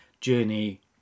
journey